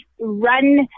run